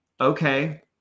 okay